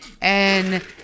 And-